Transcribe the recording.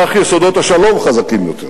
כך יסודות השלום חזקים יותר.